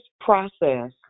process